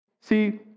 See